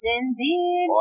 indeed